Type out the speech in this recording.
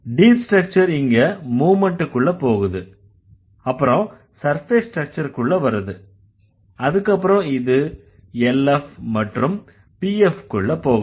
deep structure இங்க மூவ்மெண்டுக்குள்ள போகுது அப்புறம் சர்ஃபேஸ் ஸ்ட்ரக்சருக்குள்ள வருது அதுக்கப்புறம் இது LF மற்றும் PF க்குள்ள போகுது